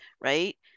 right